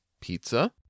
Pizza